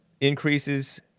increases